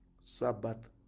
Sabbath